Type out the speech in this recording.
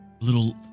Little